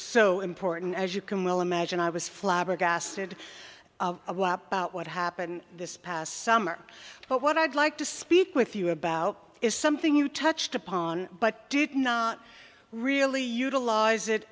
so important as you can well imagine i was flabbergasted what happened this past summer but what i'd like to speak with you about is something you touched upon but did not really utilize it